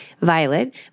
Violet